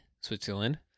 Switzerland